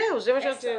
זהו, זה מה שרציתי לדעת.